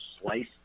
slice